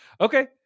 Okay